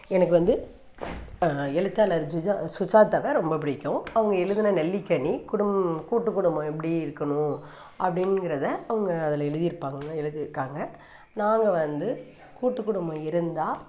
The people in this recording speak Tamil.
எனக்கு வந்து எழுத்தாளர் ஜுஜா சுஜாதாவை ரொம்ப பிடிக்கும் அவங்க எழுதுன நெல்லிக்கனி குடும் கூட்டுக் குடும்பம் எப்படி இருக்கணும் அப்படின்கிறத அவங்க அதில் எழுதிருப்பாங்க எழுதிருக்காங்க நாங்கள் வந்து கூட்டுக் குடும்பம் இருந்தால்